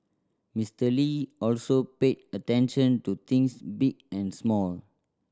Mister Lee also paid attention to things big and small